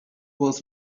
was